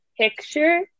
picture